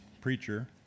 preacher